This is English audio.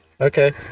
Okay